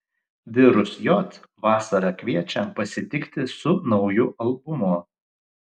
virus j vasarą kviečia pasitikti su nauju albumu